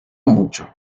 mucho